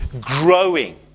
growing